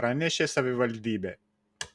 pranešė savivaldybė